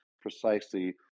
precisely